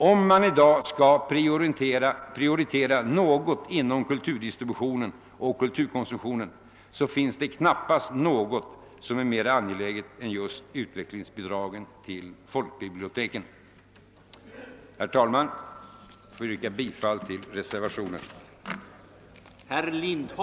Om man i dag skall prioritera något inom kulturdistributionen och kulturkonsumtionen, finns det knappast något som är mera angeläget än just utvecklingsbidragen till folkbiblioteken. Herr talman! Jag ber att få yrka bifall till reservationen 8.